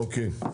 אוקיי.